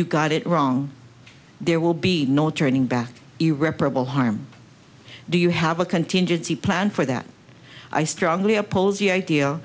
you got it wrong there will be no turning back irreparable harm do you have a contingency plan for that i strongly oppose your idea